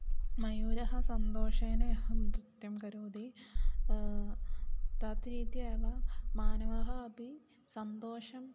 मयूरः सन्तोषेन एव नृत्यं करोति तत् रीत्या एव मानवः अपि सन्तोषम्